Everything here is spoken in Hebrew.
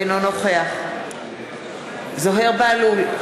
אינו נוכח זוהיר בהלול,